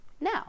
Now